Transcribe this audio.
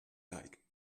like